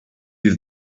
yüz